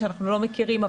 שאנחנו לא מכירים,